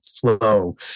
flow